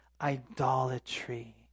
idolatry